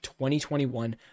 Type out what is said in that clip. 2021